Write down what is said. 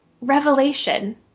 revelation